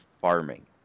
farming